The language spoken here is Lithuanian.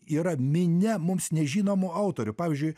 yra minia mums nežinomų autorių pavyzdžiui